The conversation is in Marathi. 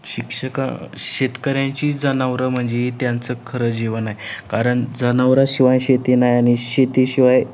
शिक्षकां शेतकऱ्यांची जनावरं म्हणजे त्यांचं खरं जीवन आहे कारण जनावराशिवाय शेती नाही आणि शेतीशिवाय